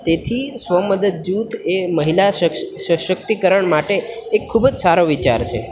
તેથી સ્વ મદદ જૂથ એ મહિલા શસ સશક્તિ કરણ માટે એક ખૂબ જ સારો વિચાર છે